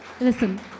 listen